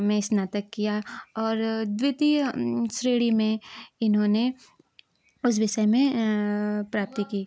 में स्नातक किया और द्वितीय श्रेणी में इन्होंने उस विषय में प्राप्ति की